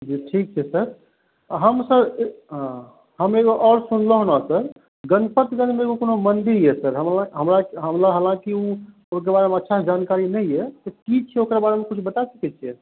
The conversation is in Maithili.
जी ठीक छै सर हम तऽ हम एगो आओर सुनलहुँ र गणपतगञ्जमे कोनो मन्दिर यऽ सर हालाँकि ओहिके बारेमे अच्छा से जानकारी नहि यऽ ओ की छै ओकरा बारेमे किछु बता सकै छियै